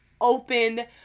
open